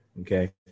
okay